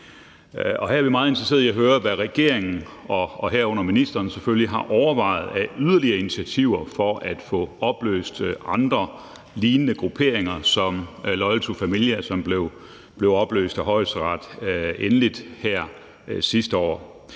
her er vi meget interesserede i at høre, hvad regeringen og herunder ministeren selvfølgelig har overvejet af yderligere initiativer for at få opløst andre lignende grupperinger som Loyal To Familia, som blev endeligt opløst af Højesteret her sidste år.